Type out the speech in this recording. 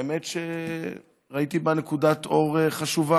האמת היא שראיתי בה נקודת אור חשובה.